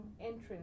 entrance